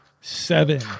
seven